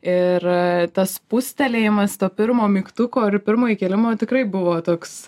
ir tas spustelėjimas to pirmo mygtuko ir pirmo įkėlimo tikrai buvo toks